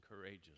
courageous